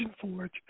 Forge